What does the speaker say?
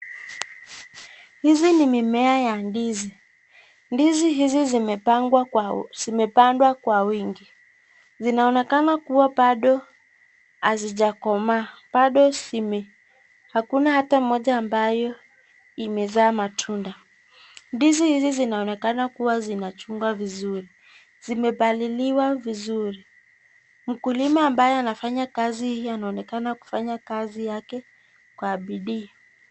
Mimea ya ndizi ambazo zimepandwa kwa wingi na zinaonekana kuwa bado hazijakomaa kwani hakuna hata moja ambayo imezaa matunda, Zinaonekana kuwa zimechungwa na zimepaliliwa vizuri. Mkulima ambaye anafanya kazi hii anaonekana kuifanya kwa bidii.